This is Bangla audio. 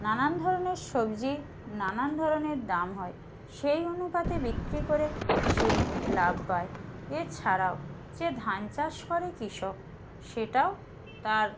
নানান ধরনের সবজি নানান ধরনের দাম হয় সেই অনুপাতে বিক্রি করে সে লাভ পায় এছাড়াও যে ধান চাষ করে কৃষক সেটাও তার